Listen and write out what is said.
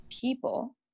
people